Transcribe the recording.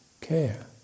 care